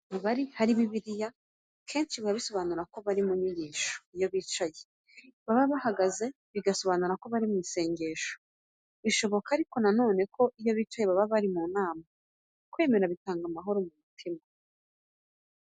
Iyo ahantu abantu bari hari Bibiliya, kenshi biba bisobanura ko bari mu nyigisho iyo bicaye, baba bahagaze bigasobanura ko bari mu isengesho. Bishoboka ariko na none ko iyo bicaye baba bari no mu nama. Kwemera bitanga amahoro ku mutima.